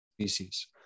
species